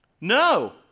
No